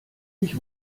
nicht